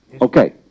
Okay